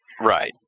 Right